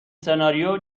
سناریو